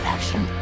Action